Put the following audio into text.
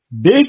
big